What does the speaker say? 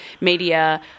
media